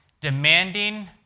demanding